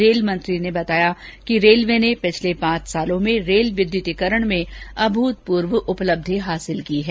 rail मंत्री ने बताया कि रेलवे ने पिछले पांच सालों में रेल विद्युतिकरण में अभूतपूर्व उपलब्धि हासिल की है